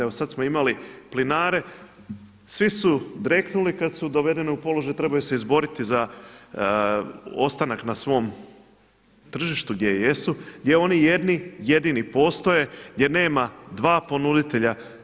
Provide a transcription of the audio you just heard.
Evo sada smo imali plinare, svi su dreknuli kada su dovedeni u položaj, trebaju se izboriti za ostanak na svom tržištu gdje jesu, gdje oni jedni jedini postoje, gdje nema dva ponuditelja.